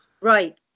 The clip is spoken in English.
Right